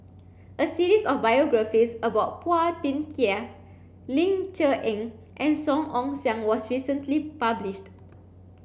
a series of biographies about Phua Thin Kiay Ling Cher Eng and Song Ong Siang was recently published